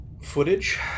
footage